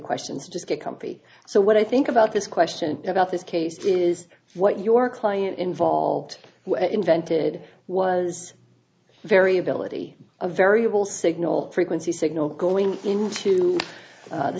questions just get comfy so what i think about this question about this case is what your client involved invented was variability a variable signal frequency signal going into the